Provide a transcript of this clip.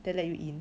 then let you in